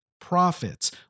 profits